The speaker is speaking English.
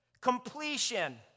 completion